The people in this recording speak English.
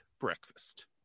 breakfast